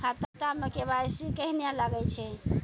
खाता मे के.वाई.सी कहिने लगय छै?